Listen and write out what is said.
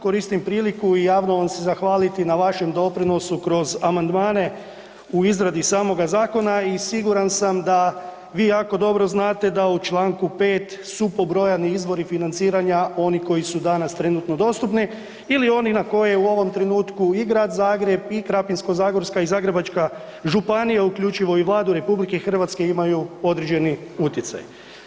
Koristim priliku i javno vam se zahvaliti na vašem doprinosu kroz amandmane u izradi samoga zakona i siguran sam da vi jako dobro znate da u Članku 5. su pobrojani izvori financiranja oni koji su danas trenutno dostupni ili oni na koje u ovo trenutku i Grad Zagreb i Krapinsko-zagorska i Zagrebačka županija uključivo i Vladu RH imaju određeni utjecaj.